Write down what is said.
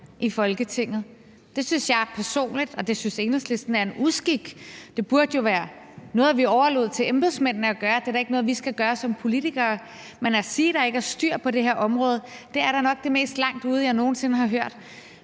i Folketinget. Det synes jeg personligt og det synes Enhedslisten er en uskik. Det burde jo være noget, vi overlod til embedsmændene at gøre; det er da ikke noget, vi som politikere skal gøre. Men at sige, at der ikke er styr på det her område, er da nok det mest langt ude, jeg nogen sinde har hørt.